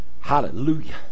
Hallelujah